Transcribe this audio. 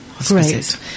Great